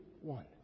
one